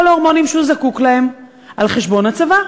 ההורמונים שהוא זקוק להם על חשבון הצבא,